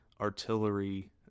artillery